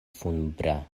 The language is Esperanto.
funebra